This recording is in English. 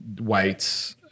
weights